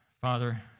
Father